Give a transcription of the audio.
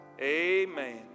Amen